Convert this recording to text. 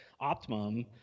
Optimum